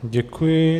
Děkuji.